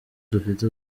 dufite